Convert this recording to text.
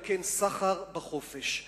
על כן, סחר בחופש.